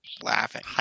laughing